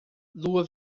lua